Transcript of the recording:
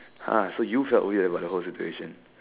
!huh! so you felt weird about the whole situation